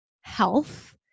health